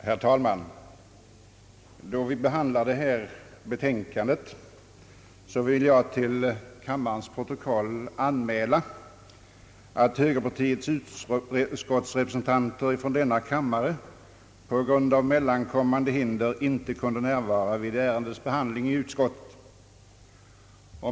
Herr talman! Då vi nu behandlar detta betänkande, vill jag till kammarens protokoll anmäla att högerpartiets utskottsrepresentanter från denna kammare på grund av mellankommande hinder inte kunde närvara vid ärendets behandling i utskottet.